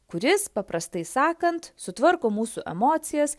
kuris paprastai sakant sutvarko mūsų emocijas